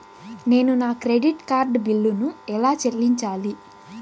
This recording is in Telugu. నేను నా క్రెడిట్ కార్డ్ బిల్లును ఎలా చెల్లించాలీ?